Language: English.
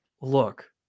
look